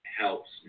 helps